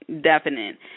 definite